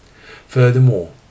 Furthermore